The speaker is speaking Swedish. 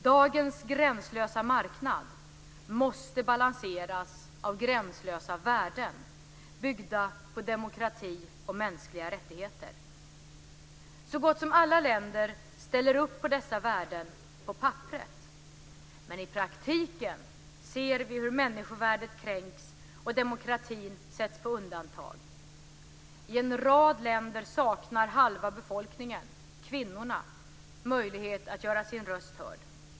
Dagens gränslösa marknad måste balanseras av gränslösa värden, byggda på demokrati och mänskliga rättigheter. Så gott som alla länder ställer upp på dessa värden - på papperet. Men i praktiken ser vi hur människovärdet kränks och demokratin sätts på undantag. I en rad länder saknar halva befolkningen, kvinnorna, möjlighet att göra sin röst hörd.